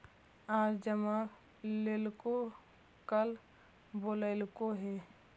आज जमा लेलको कल बोलैलको हे?